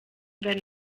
werden